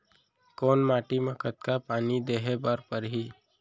कोन माटी म कतका पानी देहे बर परहि?